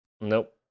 Nope